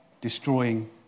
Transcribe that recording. destroying